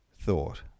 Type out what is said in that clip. thought